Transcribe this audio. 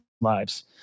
lives